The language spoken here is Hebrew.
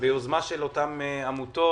ביוזמה של אותן עמותות.